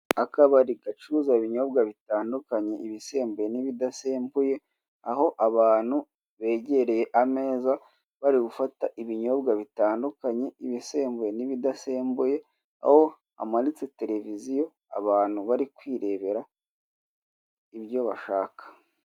Akabari gacuruza ibinyobwa bitandukanye ibisembuye n'ibidasembuye, aho abantu begereye ameza bari gufata ibinyobwa bitandukanye ibisembuye n'ibidasembuye, aho hamanitse televiziyo abantu bari kwirebera ibyo bashaka.